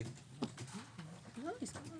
נצא לעשר דקות הפסקה כדי שייסגר פה הנוסח.